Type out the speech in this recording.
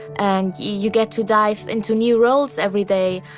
and you get to dive into new roles every day,